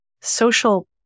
social